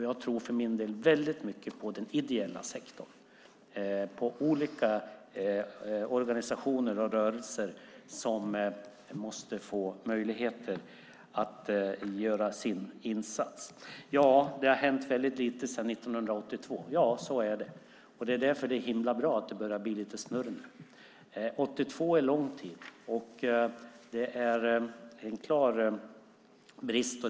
Jag tror för min del mycket på den ideella sektorn, på olika organisationer och rörelser som måste få möjlighet att göra sin insats. Det är riktigt att det har hänt väldigt lite sedan 1982. Så är det. Därför är det bra att det nu börjar bli lite snurr. Det har gått en lång tid sedan 1982. Det är en klar brist.